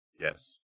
Yes